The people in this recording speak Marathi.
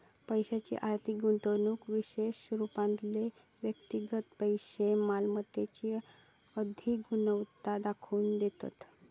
पैशाची अधिक गुंतवणूक विशेष रूपातले व्यक्तिगत पैशै मालमत्तेतील अधिक गुंतवणूक दाखवून देतत